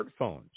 smartphones